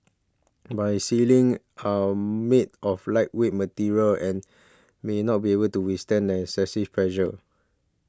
but ceilings are made of lightweight materials and may not be able to withstand as excessive pressure